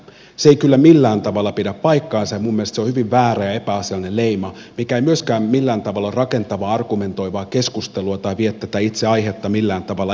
se ei kyllä millään tavalla pidä paikkaansa ja minun mielestä se on hyvin väärä ja epäasiallinen leima mikä ei myöskään millään tavalla ole rakentavaa argumentoivaa keskustelua tai vie tätä itse aihetta millään tavalla eteenpäin